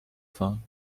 phone